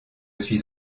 suis